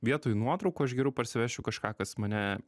vietoj nuotraukų aš geriau parsivešiu kažką kas mane